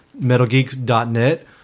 metalgeeks.net